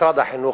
משרד החינוך,